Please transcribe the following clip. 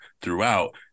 throughout